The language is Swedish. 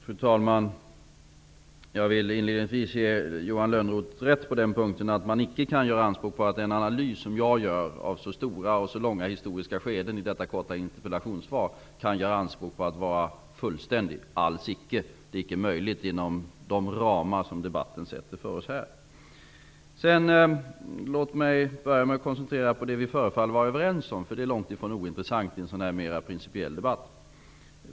Fru talman! Jag vill inledningsvis ge Johan Lönnroth rätt på en punkt. Den analys som jag gör av så stora och långa historiska skeden i mitt korta interpellationssvar kan alls icke göra anspråk på att vara fullständig. Det är icke möjligt att vara det inom de ramar som debatten här sätter upp för oss. Låt mig till att börja med koncentrera mig på vad vi förefaller vara överens om, vilket långt ifrån är ointressant i en sådan här principiell debatt.